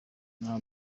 nta